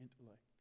intellect